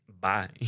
bye